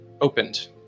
opened